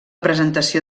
presentació